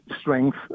strength